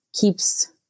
keeps